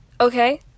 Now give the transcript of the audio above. okay